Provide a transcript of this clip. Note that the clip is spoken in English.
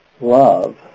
Love